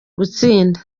gutsinda